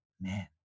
man